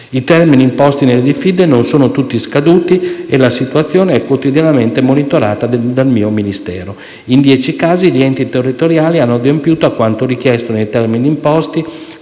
I termini imposti nelle diffide non sono tutti scaduti e la situazione è quotidianamente monitorata dal mio Ministero. In dieci casi gli enti territoriali hanno adempiuto a quanto richiesto nei termini imposti